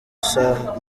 saa